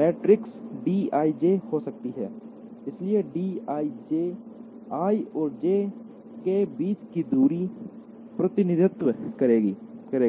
matrix dij हो सकती है इसलिए dij i और j के बीच की दूरी का प्रतिनिधित्व करेगा